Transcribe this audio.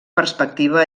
perspectiva